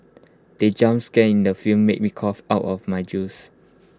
the jump scare in the film made me cough out of my juice